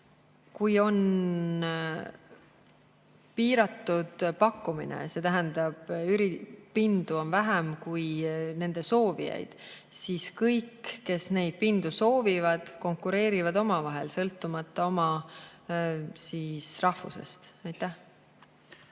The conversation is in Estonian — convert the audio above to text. kui on piiratud pakkumine, see tähendab, et üüripindu on vähem kui nende soovijaid, siis kõik, kes neid pindu soovivad, konkureerivad omavahel, sõltumata rahvusest. Aitäh!